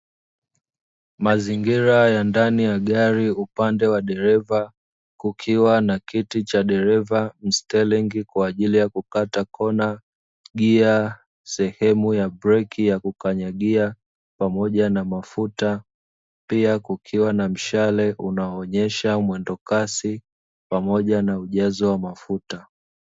Mazingira ya ndani ya gari upande wa dereva kukiwa na kiti cha dereva mstelingi kwajili ya kukata kona, gia sehemu ya breki yakukanyagia pamoja na mafuta, pia kukiwa na mshale unaoonyesha mwendokasi pamoja na ujazo wa mafuta.